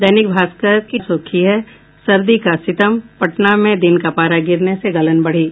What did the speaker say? दैनिक भास्कर की सुर्खी है सर्दी का सितम पटना में दिन का पारा गिरने से गलन बढ़ी